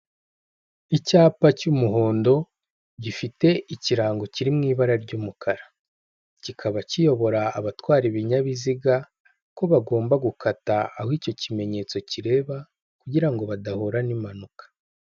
Icyapa cy'umuhondo gifite ikirango kiri mu ibara ry'umukara. Kikaba kiyobora abatwara ibinyabiziga ko bagomba gukata aho icyo kimenyetso kireba, kugira badahura n'impanuka.